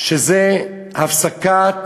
שזה הפסקת